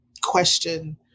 question